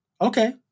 Okay